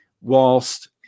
whilst